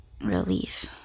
relief